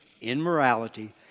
immorality